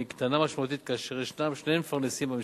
קטנה משמעותית כאשר יש שני מפרנסים במשפחה.